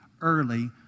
early